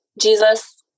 Jesus